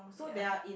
ya